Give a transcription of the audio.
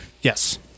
Yes